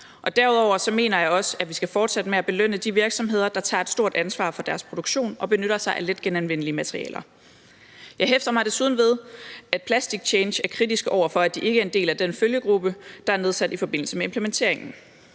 og derudover mener jeg, at vi skal fortsætte med at belønne de virksomheder, der tager et stort ansvar for deres produktion og benytter sig af letgenanvendelige materialer. Jeg hæfter mig desuden ved, at Plastic Change er kritiske over for, at de ikke er en del af den følgegruppe, der er nedsat i forbindelse med implementering.